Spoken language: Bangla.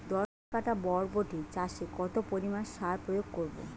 দশ কাঠা বরবটি চাষে কত পরিমাণ সার প্রয়োগ করব?